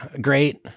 great